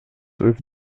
with